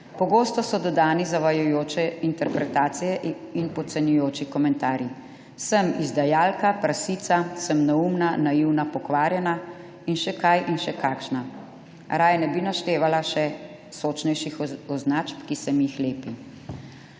Pogosto so dodani zavajajoče interpretacije in podcenjujoči komentarji. Sem izdajalka, prasica, sem neumna, naivna, pokvarjena in še kaj in še kakšna. Raje ne bi naštevala še sočnejših označb, ki se mi jih lepi.«